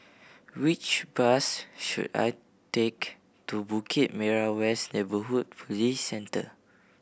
which bus should I take to Bukit Merah West Neighbourhood Police Centre